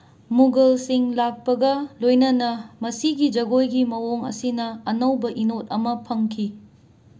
ꯃꯨꯒꯜꯁꯤꯡ ꯂꯥꯛꯄꯒ ꯂꯣꯏꯅꯅ ꯃꯁꯤꯒꯤ ꯖꯒꯣꯏꯒꯤ ꯃꯑꯣꯡ ꯑꯁꯤꯅ ꯑꯅꯧꯕ ꯏꯅꯣꯠ ꯑꯃ ꯐꯪꯈꯤ